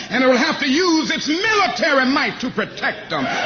and it will have to use its military might to protect them.